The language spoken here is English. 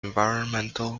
environmental